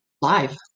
live